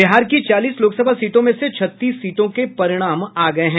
बिहार की चालीस लोकसभा सीटों में से छत्तीस सीटों के परिणाम आ गये हैं